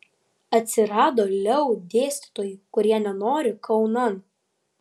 atsirado leu dėstytojų kurie nenori kaunan